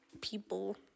people